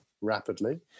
rapidly